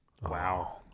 wow